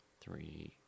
three